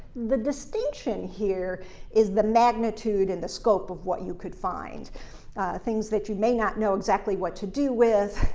the distinction here is the magnitude and the scope of what you could find things that you may not know exactly what to do with,